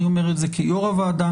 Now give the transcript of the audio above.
אני אומר את זה כיושב ראש הוועדה,